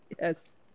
yes